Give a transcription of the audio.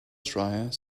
dryer